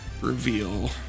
reveal